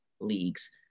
leagues